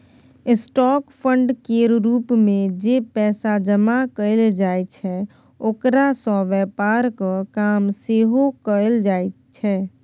stock fund केर रूप मे जे पैसा जमा कएल जाइ छै ओकरा सँ व्यापारक काम सेहो कएल जाइ छै